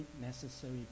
necessary